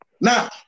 Now